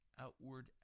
outward